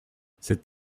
cet